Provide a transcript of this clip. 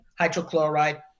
hydrochloride